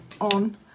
on